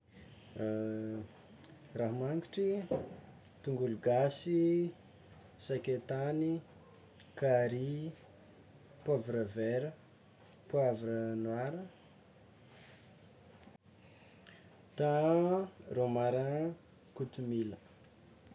Raha mangitry: tongolo gasy, sakaitany, carry, poivre vert, poivre noir, thym, romarin, kotomila.